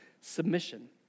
submission